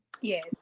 Yes